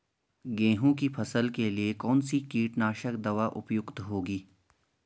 गेहूँ की फसल के लिए कौन सी कीटनाशक दवा उपयुक्त होगी?